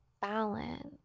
balance